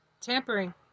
tampering